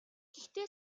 гэхдээ